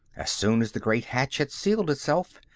as soon as the great hatch had sealed itself,